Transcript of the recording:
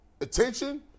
attention